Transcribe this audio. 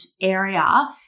area